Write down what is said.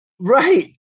Right